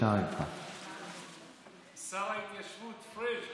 וגם מהוועדה למינוי דיינים היום שמענו שרוצים למדר אתכם,